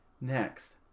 Next